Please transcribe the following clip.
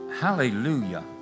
Hallelujah